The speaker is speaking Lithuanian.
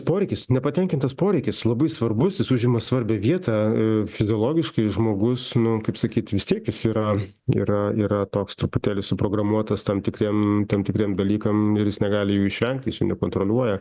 poreikis nepatenkintas poreikis labai svarbus jis užima svarbią vietą fiziologiškai žmogus nu kaip sakyt vis tiek jis yra yra yra toks truputėlį suprogramuotas tam tikriem tam tikriem dalykam ir jis negali jų išvengti nekontroliuoja